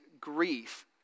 grief